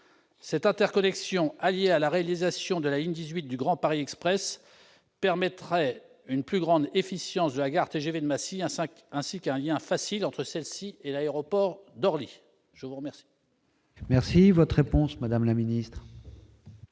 Cette interconnexion, alliée la réalisation de la ligne 18 du Grand Paris Express, permettra une plus grande efficience de la gare TGV de Massy, ainsi qu'un lien facile entre celle-ci et l'aéroport d'Orly. La parole est à Mme la ministre.